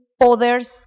others